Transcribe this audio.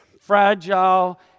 fragile